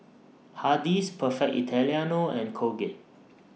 Hardy's Perfect Italiano and Colgate